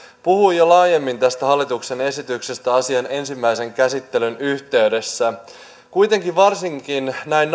puhuin jo laajemmin tästä hallituksen esityksestä asian ensimmäisen käsittelyn yhteydessä kuitenkin varsinkin näin